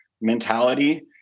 mentality